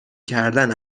کردن